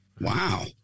Wow